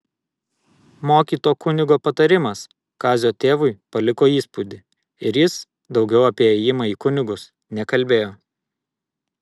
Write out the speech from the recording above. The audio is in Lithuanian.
mokyto kunigo patarimas kazio tėvui paliko įspūdį ir jis daugiau apie ėjimą į kunigus nekalbėjo